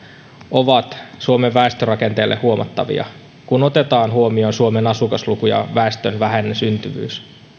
ovat suomen väestörakenteelle huomattavia kun otetaan huomioon suomen asukasluku ja väestön vähäinen syntyvyys